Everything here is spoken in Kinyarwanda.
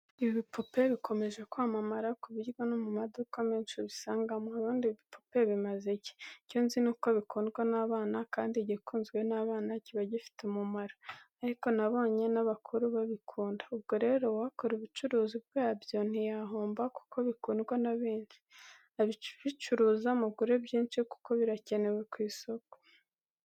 Ibipupe bikomeje kwamamara ku buryo no mu maduka menshi ubisangamo. Ubundi ibipupe bimaze iki? Icyo nzi nuko bikundwa n'abana kandi igikunzwe n'abana kiba gifite umumaro, ariko nabonye n'abakuru babikunda, ubwo rero uwakora ubucuruzi bwabyo ntiyahomba kuko bikundwa na benshi, ababicuruza mugure byinshi kuko birakenewe ku isoko.